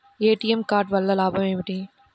ATM card వల్ల లాభం ఏమిటి?